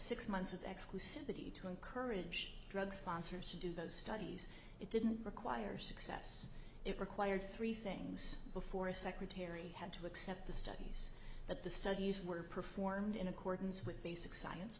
six months of exclusivity to encourage drug sponsors to do those studies it didn't require success it required three things before a secretary had to accept the studies that the studies were performed in accordance with basic science